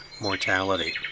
mortality